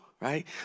right